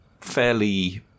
fairly